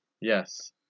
Yes